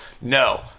No